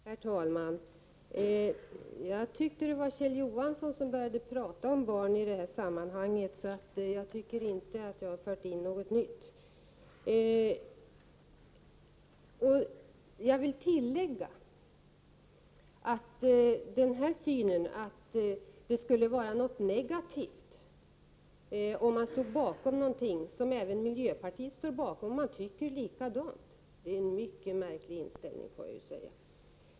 Herr talman! Jag tror att det var Kjell Johansson som började tala om barn i detta sammanhang. Därför tycker jag inte att jag har fört in något nytt. 19 Uppfattningen att det skulle vara negativt att ansluta sig till någonting som även miljöpartiet står bakom när man tycker likadant tyder på en mycket märklig inställning.